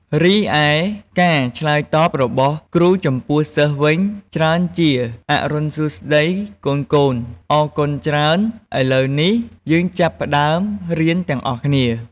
រីឯការឆ្លើយតបរបស់គ្រូចំពោះសិស្សវិញ ច្រើនជា អរុណសួស្ដីកូនៗ អរគុណច្រើន ឥឡូវនេះ យើងចាប់ផ្ដើមរៀនទាំងអស់គ្នា។